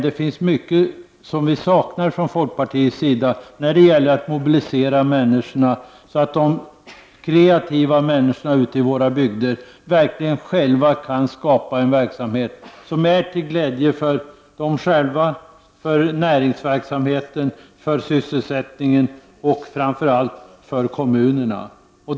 Det finns dock mycket som vi saknar från folkpartiets sida när det gäller åtgärder för att mobilisera människor så att de kreativa människorna ute i våra bygder verkligen själva skulle kunna skapa en verksamhet som är till glädje för dem själva, näringsverksamheten, sysselsättningen och framför allt för kommunerna.